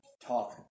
talk